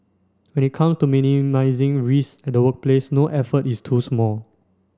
when it comes to minimising risk at the workplace no effort is too small